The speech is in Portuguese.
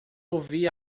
ouvi